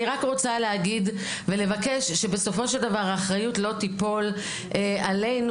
אני רק רוצה להגיד ולבקש שבסופו של דבר שהאחריות לא תיפול עלינו.